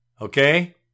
Okay